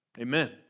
Amen